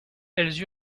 elles